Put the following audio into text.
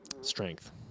strength